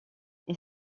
est